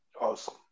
Awesome